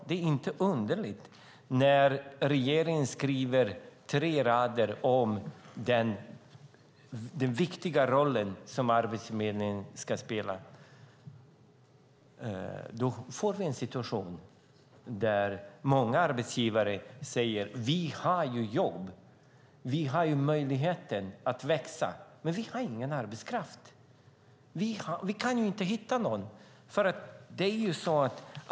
Det är inte underligt när regeringen skriver tre rader om denna viktiga roll som Arbetsförmedlingen ska spela. Då får vi en situation där många arbetsgivare säger att de har jobb och möjlighet att växa men att de inte har någon arbetskraft. De kan inte någon.